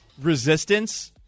resistance